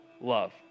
love